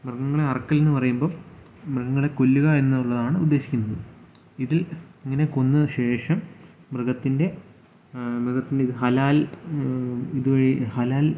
മൃഗങ്ങളെ അറക്കൽ എന്നു പറയുമ്പം മൃഗങ്ങളെ കൊല്ലുക എന്നുള്ളതാണ് ഉദ്ദേശിക്കുന്നത് ഇതിൽ ഇങ്ങനെ കൊന്നതിന് ശേഷം മൃഗത്തിൻ്റെ മൃഗത്തിൻ്റെ ഒരു ഹലാൽ ഇതൊരു ഹലാൽ